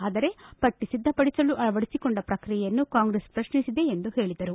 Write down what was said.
ಆದರೆ ಪಟ್ಟ ಸಿದ್ದಪಡಿಸಲು ಅಳವಡಿಸಿಕೊಂಡ ಪ್ರಕ್ರಿಯೆಯನ್ನು ಕಾಂಗ್ರೆಸ್ ಪ್ರತ್ನಿಸಿದೆ ಎಂದು ಹೇಳದರು